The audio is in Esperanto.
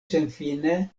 senfine